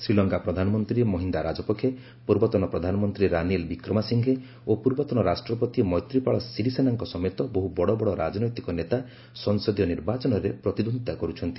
ଶ୍ରୀଲଙ୍କା ପ୍ରଧାନମନ୍ତ୍ରୀ ମହିନ୍ଦା ରାଜପକ୍ଷେ ପୂର୍ବତନ ପ୍ରଧାନମନ୍ତ୍ରୀ ରାନିଲ ବିକ୍ରମାସିଂଘେ ଓ ପୂର୍ବତନ ରାଷ୍ଟ୍ରପତି ମୈତ୍ରିପାଳ ଶିରିସେନାଙ୍କ ସମେତ ବହ୍ର ବଡ଼ବଡ଼ ରାଜନୈତିକ ନେତା ସଂସଦୀୟ ନିର୍ବାଚନରେ ପ୍ରତିଦ୍ୱନ୍ଦିତା କରୁଛନ୍ତି